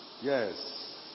yes